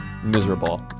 Miserable